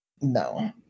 no